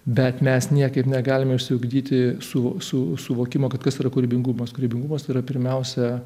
bet mes niekaip negalime išsiugdyti suvokimo kad kas yra kūrybingumas kūrybingumas tai yra pirmiausia